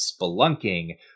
spelunking